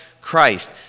Christ